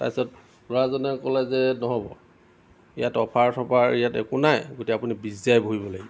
তাৰপিছত ল'ৰাজনে ক'লে যে নহ'ব ইয়াত অফাৰ চফাৰ ইয়াত একো নাই এতিয়া আপুনি বিছ হাজাৰেই ভৰিব লাগিব